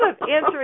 answering